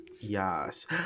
Yes